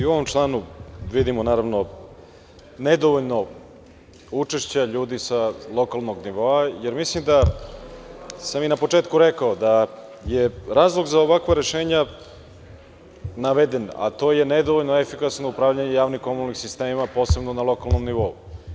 I u ovom članu vidimo, naravno, nedovoljno učešće ljudi sa lokalnog nivoa, jer mislim da sam i na početku rekao, da je razlog za ovakva rešenja naveden, a to je nedovoljno efikasno upravljanje javno komunalnim sistemima, posebno na lokalnom nivou.